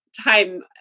time